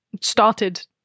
started